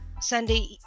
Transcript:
sunday